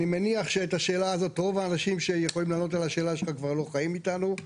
אני מניח שרוב האנשים שיכולים לענות על השאלה שלך כבר לא חיים איתנו,